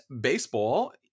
baseball